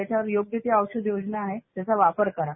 त्याच्यावर योग्य ती औषध योजना आहे त्याचा वापर करा